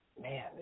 man